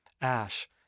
Ash